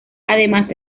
además